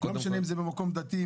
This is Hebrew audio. לא משנה אם זה מקום דתי,